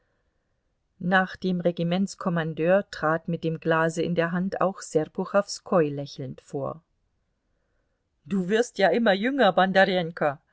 nach dem regimentskommandeur trat mit dem glase in der hand auch serpuchowskoi lächelnd vor du wirst ja immer jünger